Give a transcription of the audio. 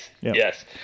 yes